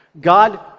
God